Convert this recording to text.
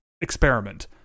experiment